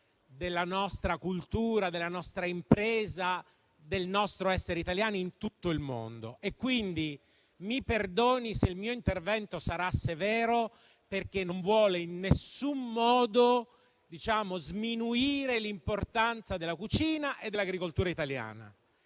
della nostra cultura, della nostra impresa, del nostro essere italiani in tutto il mondo. Quindi mi perdoni se il mio intervento sarà severo, perché non vuole in nessun modo sminuire l'importanza della cucina e dell'agricoltura italiana.